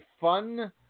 fun